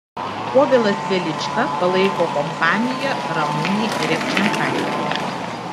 povilas velička palaiko kompaniją ramunei repčenkaitei